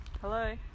Hello